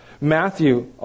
Matthew